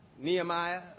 Nehemiah